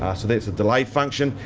ah so that's the delay function.